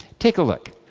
take a look.